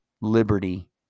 Liberty